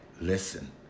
listen